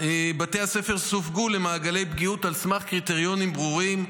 בתי הספר סווגו למעגלי פגיעות על סמך קריטריונים ברורים.